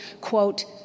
quote